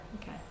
Okay